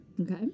Okay